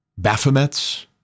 Baphomets